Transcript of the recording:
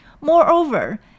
Moreover